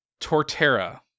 Torterra